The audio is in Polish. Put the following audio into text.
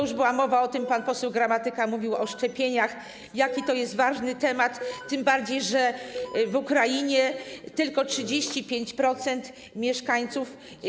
Już była mowa o tym, pan poseł Gramatyka mówił o szczepieniach, jaki to jest ważny temat, tym bardziej że w Ukrainie tylko 35% mieszkańców.